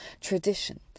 tradition